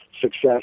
success